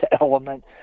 element